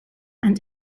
and